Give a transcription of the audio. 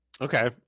okay